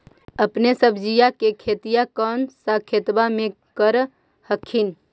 अपने सब्जिया के खेतिया कौन सा खेतबा मे कर हखिन?